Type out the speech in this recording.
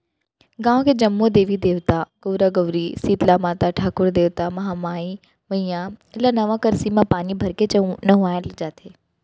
गाँव के जम्मो देवी देवता, गउरा गउरी, सीतला माता, ठाकुर देवता, महामाई मईया ल नवा करसी म पानी भरके नहुवाए जाथे